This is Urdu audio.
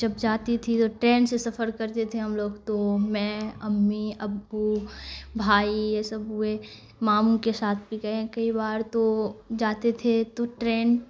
جب جاتی تھی تو ٹرین سے سفر کرتے تھے ہم لوگ تو میں امی ابو بھائی یہ سب ہوئے ماموں کے ساتھ بھی گئے ہیں کئی بار تو جاتے تھے تو ٹرین